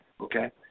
Okay